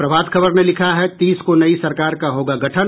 प्रभात खबर ने लिखा है तीस को नई सरकार का होगा गठन